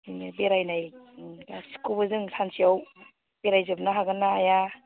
नोंनि बेरायनाय उम गासिबखौबो जों सानसेयाव बेराय जोबनो हागोनना हाया